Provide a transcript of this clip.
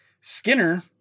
Skinner